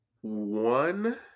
one